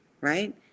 right